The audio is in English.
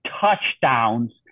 touchdowns